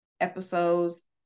episodes